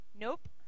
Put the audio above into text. nope